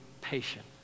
patient